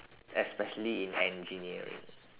especially in engineering